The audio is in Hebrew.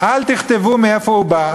אל תכתבו מאיפה הוא בא.